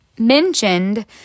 mentioned